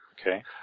Okay